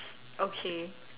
okay